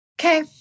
okay